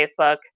Facebook